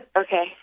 Okay